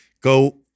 go